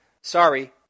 Sorry